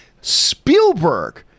Spielberg